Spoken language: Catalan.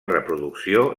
reproducció